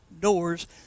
doors